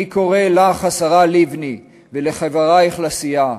אני קורא לך, השרה לבני, ולחברייך לסיעה,